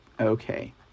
Okay